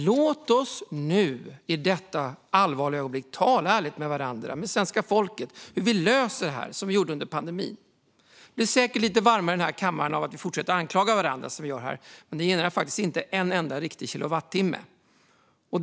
Låt oss nu i detta allvarliga ögonblick tala ärligt med varandra och med svenska folket om hur vi löser detta, så som vi gjorde under pandemin. Det blir säkert lite varmare i kammaren av att vi fortsätter att anklaga varandra, men det genererar inte en enda riktig kilowattimme. Herr talman!